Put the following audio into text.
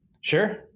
Sure